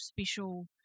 special